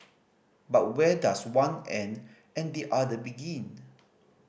but where does one end and the other begin